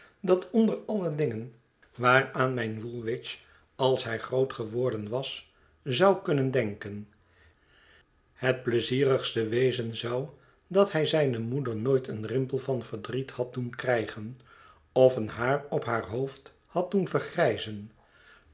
dat onder alle dingen waaraan mijn woolwich als hij groot geworden was zou kunnen denken het pleizierigste wezen zou dat hij zijne moeder nooit een rimpel van verdriet had doen krijgen of een haar op haar hoofd had doen vergrijzen